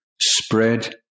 spread